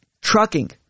trucking